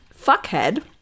fuckhead